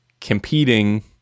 competing